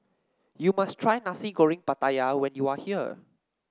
you must try Nasi Goreng Pattaya when you are here